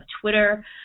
Twitter